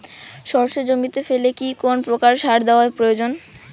সর্ষে জমিতে ফেলে কি কোন প্রকার সার দেওয়া প্রয়োজন?